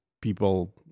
people